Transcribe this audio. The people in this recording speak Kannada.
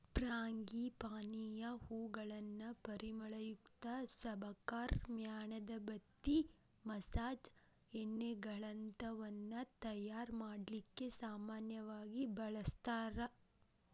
ಫ್ರಾಂಗಿಪಾನಿಯ ಹೂಗಳನ್ನ ಪರಿಮಳಯುಕ್ತ ಸಬಕಾರ್, ಮ್ಯಾಣದಬತ್ತಿ, ಮಸಾಜ್ ಎಣ್ಣೆಗಳಂತವನ್ನ ತಯಾರ್ ಮಾಡ್ಲಿಕ್ಕೆ ಸಾಮನ್ಯವಾಗಿ ಬಳಸ್ತಾರ